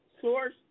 source